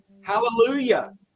Hallelujah